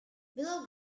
below